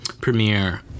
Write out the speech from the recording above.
premiere